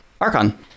Archon